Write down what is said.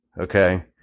Okay